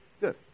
good